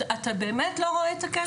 אתה באמת לא רואה את הקשר?